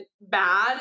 bad